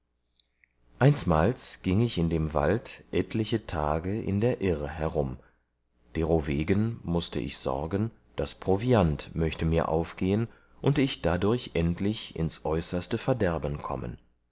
einsmals gieng ich in dem wald etliche tage in der irr herum derowegen mußte ich sorgen das proviant möchte mir aufgehen und ich dadurch endlich ins äußerste verderben kommen